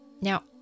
Now